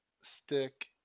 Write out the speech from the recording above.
stick